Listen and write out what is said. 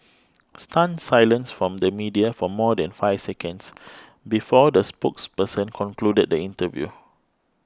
stunned silence from the media for more than five seconds before the spokesperson concluded the interview